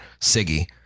Siggy